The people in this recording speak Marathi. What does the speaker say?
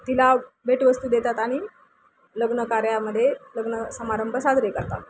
तिला भेटवस्तू देतात आणि लग्न कार्यामध्ये लग्न समारंभ साजरे करतात